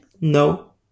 No